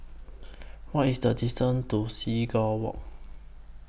What IS The distance to Seagull Walk